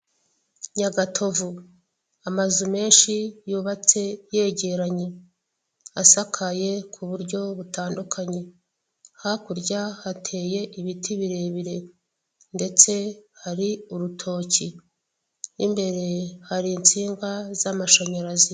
Nyagatovu amazu menshi yubatse yegeranye asakaye ku buryo butandukanye, hakurya hateye ibiti birebire ndetse hari urutoki, imbere hari insinga z'amashanyarazi.